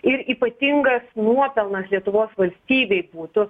ir ypatingas nuopelnas lietuvos valstybei būtų